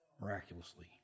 miraculously